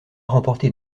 remporté